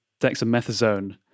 dexamethasone